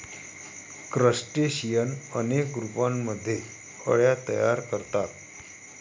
crustacean अनेक रूपांमध्ये अळ्या तयार करतात